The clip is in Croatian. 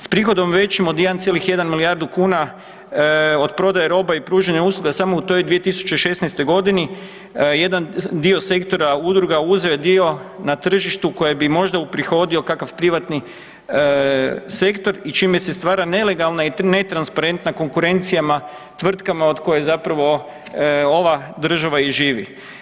S prihodom većim od 1,1 milijardu kuna, od prodaje roba i pružanja usluga, samo u toj 2016. g. jedan dio sektora udruga uzeo je dio na tržištu koje bi možda uprihodio kakav privatni sektor i čime se stvara nelegalna i netransparentna konkurencijama, tvrtkama od kojih zapravo ova država i živi.